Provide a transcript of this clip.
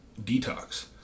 detox